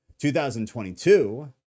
2022